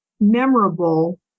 memorable